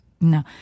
No